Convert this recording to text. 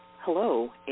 Hello